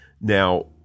Now